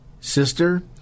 sister